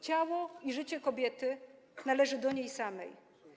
Ciało i życie kobiety należy do niej samej.